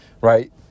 right